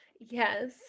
Yes